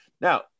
Now